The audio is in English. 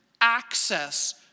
access